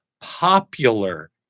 popular